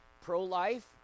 Pro-life